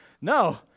No